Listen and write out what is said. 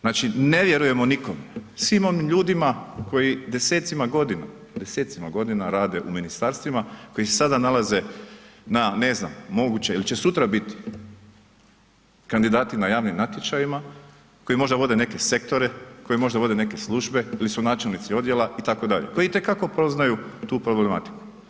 Znači ne vjerujemo nikome, svim onim ljudima koji desecima godina, desecima godina rade u ministarstvima, koji se sada nalaze na ne znam moguće ili će sutra bit, kandidati na javnim natječajima, koji možda vode neke sektore, koji možda vode neke službe ili su načelnici odjela itd., koji itekako poznaju tu problematiku.